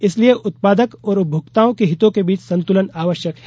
इसलिये उत्पादक और उपभोक्ताओं के हितों के बीच संतुलन आवश्यक है